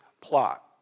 plot